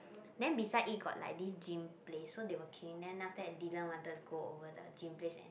then beside it got like this gin place they were queuing then after that Dylan wanted go over the gin place and